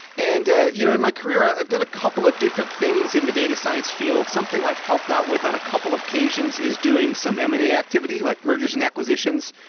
and ah you know in my career, i've done a couple of different things in the data science field something i've helped out with on a couple of occasions is doing some m and a activity, like mergers and acquisitions.